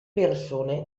persone